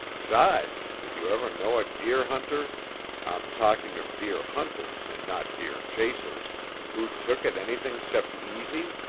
sides, did you ever know a deer hunter i'm talking of deer hunters and not deer chasers who took it anything cept easy?